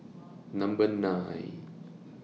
Number nine